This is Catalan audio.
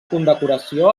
condecoració